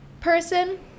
person